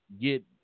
get